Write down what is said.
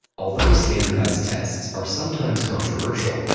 although standardized tests are sometimes controversial,